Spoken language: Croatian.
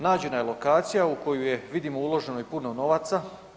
Nađena je lokacija u koju je vidimo uloženo i puno novaca.